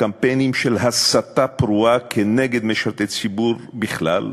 לקמפיינים של הסתה פרועה נגד משרתי ציבור בכלל,